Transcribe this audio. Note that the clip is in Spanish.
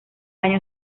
año